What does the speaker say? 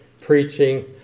preaching